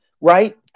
right